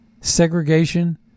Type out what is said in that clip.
Segregation